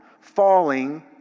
falling